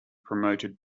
promoted